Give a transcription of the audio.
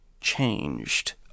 changed